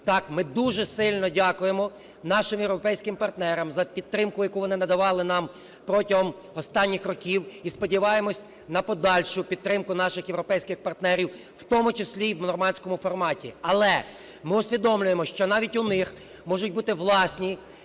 Так, ми дуже сильно дякуємо нашим європейським партнерам за підтримку, яку вони надавали нам протягом останніх років, і сподіваємось на подальшу підтримку наших європейських партнерів, в тому числі і в "нормандському форматі". Але ми усвідомлюємо, що навіть у них можуть бути власні